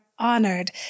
honored